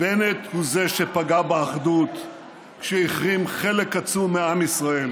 בנט הוא זה שפגע באחדות כשהחרים חלק עצום מעם ישראל.